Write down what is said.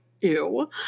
ew